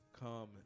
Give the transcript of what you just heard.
come